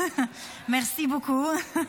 Merci beaucoup.